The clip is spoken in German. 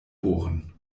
bohren